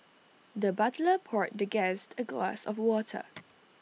the butler poured the guest A glass of water